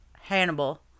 Hannibal